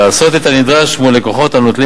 " לעשות את הנדרש מול לקוחות הנוטלים